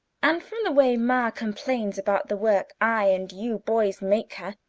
and from the way ma complains about the work i and you boys make her,